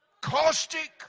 caustic